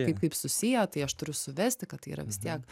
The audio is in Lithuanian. kaip taip susiję tai aš turiu suvesti kad tai yra vis tiek